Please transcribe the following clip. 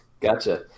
Gotcha